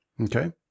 Okay